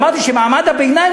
אמרתי שמעמד הביניים,